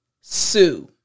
Sue